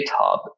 GitHub